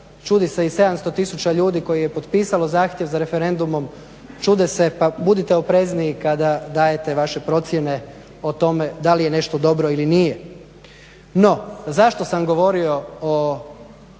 čudi se i 700000 ljudi koji je potpisalo zahtjev za referendumom, čude se, pa budite oprezniji kada dajete vaše procjene o tome da li je nešto dobro ili nije. No, zašto sam govorio o